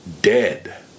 dead